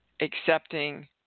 accepting